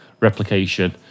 replication